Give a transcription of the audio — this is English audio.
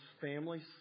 families